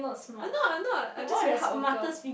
I'm not I'm not I'm just a very hard worker